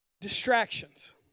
distractions